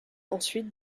ensuite